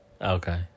Okay